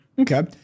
Okay